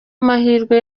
amahirwe